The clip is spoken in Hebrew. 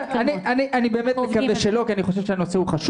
אני באמת שמח לשמוע שלא, כי אני חושב הוא חשוב.